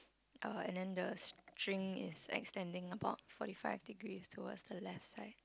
uh and then the string is extending about forty five degrees towards the left side